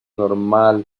normal